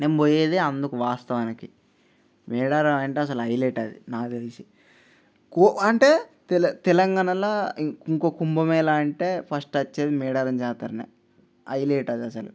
నేను పోయేది అందుకు వాస్తవానికి మేడారం అంటే అసలు హైలెట్ అది నాకు తెలిసి కో అంటే తెలంగాణాలో ఇంకో కుంభమేళా అంటే ఫస్ట్ వచ్చేది మేడారం జాతర హైలెట్ అది అసలు